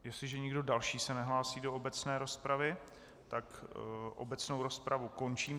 Jestliže nikdo další se nehlásí do obecné rozpravy, tak obecnou rozpravu končím.